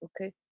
okay